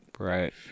Right